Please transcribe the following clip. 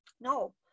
No